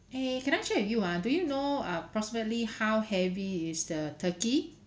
eh can I check with you ah do you know uh proximately how heavy is the turkey